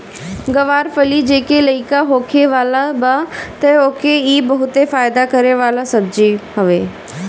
ग्वार फली जेके लईका होखे वाला बा तअ ओके इ बहुते फायदा करे वाला सब्जी हवे